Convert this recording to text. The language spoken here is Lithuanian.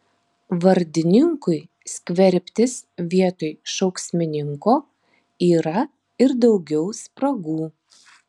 vardininkui skverbtis vietoj šauksmininko yra ir daugiau spragų